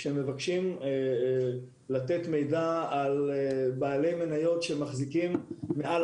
כשמבקשים לתת מידע על אודות בעלי מניות שמחזיקים מעל